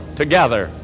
together